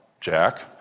Jack